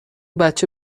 بچه